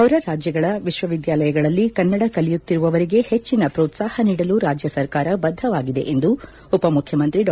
ಹೊರರಾಜ್ಯಗಳ ವಿಶ್ವವಿದ್ಯಾಲಯಗಳಲ್ಲಿ ಕನ್ನಡ ಕಲಿಯುತ್ತಿರುವವರಿಗೆ ಹೆಜ್ಜಿನ ಪೋತ್ಸಾಹ ನೀಡಲು ರಾಜ್ಯ ಸರ್ಕಾರ ಬದ್ಧವಾಗಿದೆ ಎಂದು ಉಪಮುಖ್ಯಮಂತ್ರಿ ಡಾ